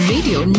Radio